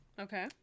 Okay